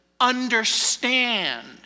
understand